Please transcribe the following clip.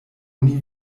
oni